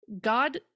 God